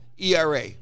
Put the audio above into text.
ERA